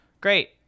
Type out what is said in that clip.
Great